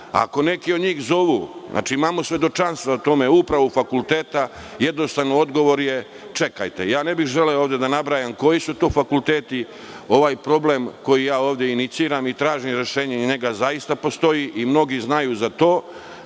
Ako neki od njih zovu, imamo svedočanstva o tome, upravu fakulteta, jednostavno, odgovor je – čekajte. Ne bih želeo ovde da nabrajam koji su to fakulteti. Ovaj problem koji ovde iniciram i tražim rešenje za njega zaista postoji i mnogi znaju za to.